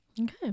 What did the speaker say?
Okay